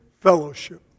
fellowship